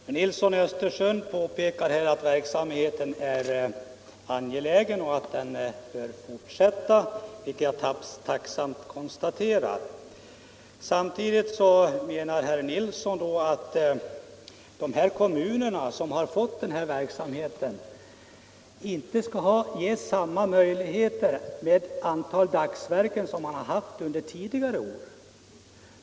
Herr talman! Herr Nilsson i Östersund påpekar att verksamheten är angelägen och att den bör fortsätta, vilket jag tacksamt konstaterar. Samtidigt menar herr Nilsson att de kommuner som har fått denna verksamhet inte skall ges samma möjligheter i fråga om det antal dagsverken som de har haft under tidigare år.